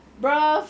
bro